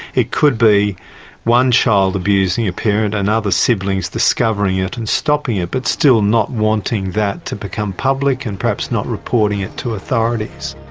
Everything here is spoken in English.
it could be one child abusing a parent and other siblings discovering it and stopping it but still not wanting that to become public and perhaps not reporting it to authorities.